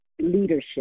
leadership